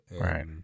Right